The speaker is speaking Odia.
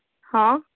ହଁ